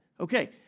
Okay